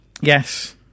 yes